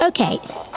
Okay